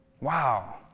Wow